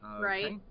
right